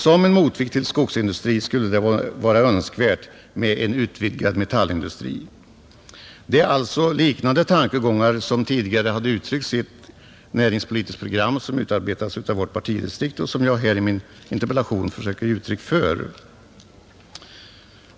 Som en motvikt till skogsindustrin skulle det vara önskvärt med en utvidgad metallindustri.” Det är alltså tankegångar liknande dem som tidigare har uttryckts i ett näringspolitiskt program som utarbetats av vårt partidistrikt och som jag i min interpellation försökt ge uttryck för.